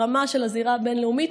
ברמה של הזירה הבין-לאומית,